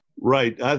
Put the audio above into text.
Right